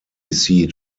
seat